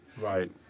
right